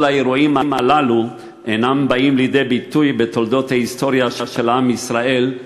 כל האירועים הללו אינם באים לידי ביטוי בתולדות ההיסטוריה של עם ישראל,